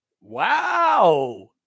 Wow